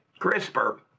CRISPR